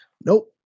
nope